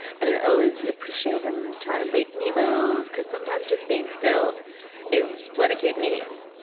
i didn't always appreciate him trying to make me move. because sometimes just being still is what a kid needs.